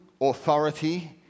authority